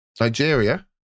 Nigeria